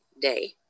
day